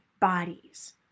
bodies